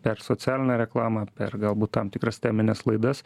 per socialinę reklamą per galbūt tam tikras temines laidas